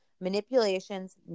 manipulations